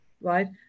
right